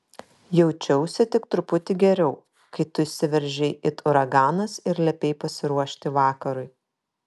jaučiausi tik truputį geriau kai tu įsiveržei it uraganas ir liepei pasiruošti vakarui